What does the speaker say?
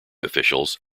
officials